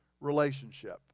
relationship